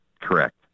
Correct